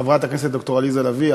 חברת הכנסת ד"ר עליזה לביא,